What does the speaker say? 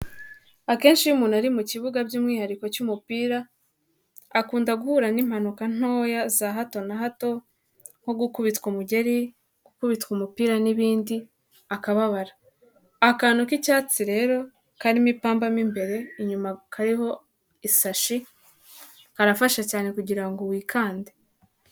Akenshi iyo umuntu ari mu kibuga by'umwihariko cy'umupira, akunda guhura n'impanuka ntoya za hato na hato nko gukubitwa umugeri, gukubitwa umupira n'ibindi akababara, akantu k'icyatsi rero karimo ipamba mo imbere inyuma kariho ishashi karafasha cyane kugira ngo wikande.